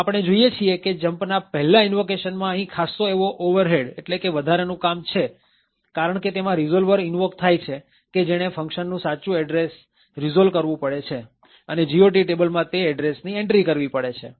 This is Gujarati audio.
આમ આપણે જોઈએ છીએ કે jumpના પહેલા ઈનવોકેશન માં અહી ખાસ્સો એવો ઓવરહેડ અર્થાત વધારાનું કામ કિંમત છે કારણકે તેમાં રીઝોલ્વર ઇન્વોક થાય છે કે જેણે ફંક્શન નું સાચું એડ્રેસ રીઝોલ્વ કરવું પડે છે અને GOT ટેબલમાં તે એડ્રેસ ની એન્ટ્રી કરવી પડે છે